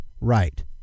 right